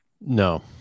no